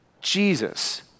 Jesus